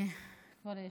כבוד היושב-ראש,